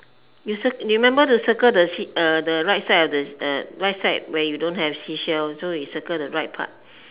you circle remember to circle the sea uh the right side of the uh right side where you don't have seashell so you circle the right part